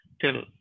till